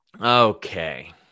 okay